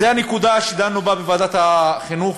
זאת הנקודה שדנו בה בוועדת החינוך,